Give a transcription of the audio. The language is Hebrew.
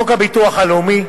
חוק הביטוח הלאומי,